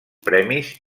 premis